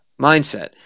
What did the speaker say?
mindset